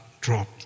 drop